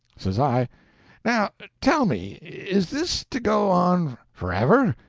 says i now tell me is this to go on forever?